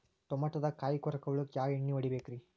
ಟಮಾಟೊದಾಗ ಕಾಯಿಕೊರಕ ಹುಳಕ್ಕ ಯಾವ ಎಣ್ಣಿ ಹೊಡಿಬೇಕ್ರೇ?